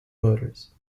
motors